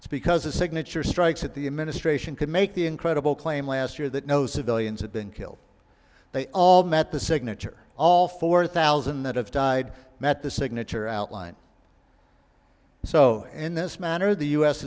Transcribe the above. it's because a signature strikes at the administration could make the incredible claim last year that no civilians have been killed they all met the signature all four thousand that have died met the signature outline so in this manner the u s